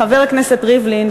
חבר הכנסת ריבלין,